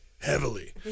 heavily